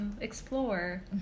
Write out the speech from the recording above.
explore